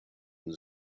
and